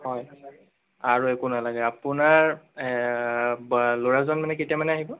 হয় আৰু একো নালাগে আপোনাৰ ল'ৰাজন মানে কেতিয়ামানে আহিব